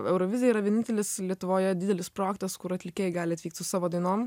eurovizija yra vienintelis lietuvoje didelis projektas kur atlikėjai gali atvykt su savo dainom